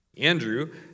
Andrew